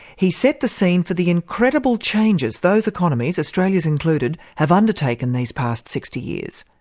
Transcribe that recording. he set the scene for the incredible changes those economies, australia's included, have undertaken these past sixty years.